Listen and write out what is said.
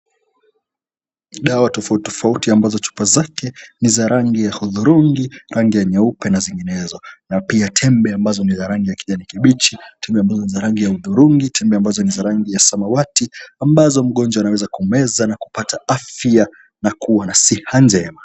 Dawa tofauti tofauti ambazo chupa zake ni za rangi ya hudhurungi, rangi ya nyeupe na zinginezo. Na pia tembe ambazo ni za rangi ya kijani kibichi, tembe ambazo ni za rangi ya hudhurungi, tembe ambazo ni za rangi ya samawati, ambazo mgonjwa anaweza kumeza na kupata afya na kuwa na siha njema.